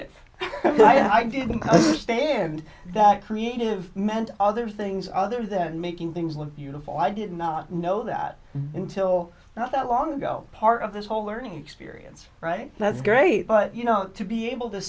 e i didn't stand that creative meant other things other than making things look beautiful i did not know that until not that long ago part of this whole learning experience right that's great but you know to be able to